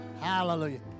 Hallelujah